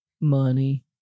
Money